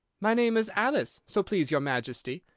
my name is alice, so please your majesty,